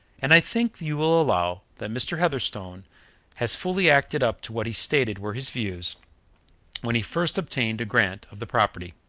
and i think you will allow that mr. heatherstone has fully acted up to what he stated were his views when he first obtained a grant of the property.